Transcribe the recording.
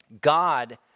God